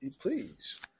Please